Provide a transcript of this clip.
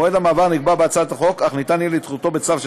מועד המעבר נקבע בהצעת החוק אך ניתן יהיה לדחותו בצו של